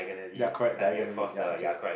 ya correct diagonally ya okay